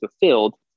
fulfilled